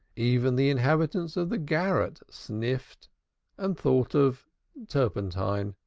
even the inhabitants of the garrets sniffed and thought of turpentine.